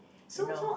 you know